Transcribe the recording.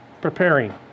preparing